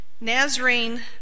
Nazarene